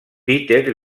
peter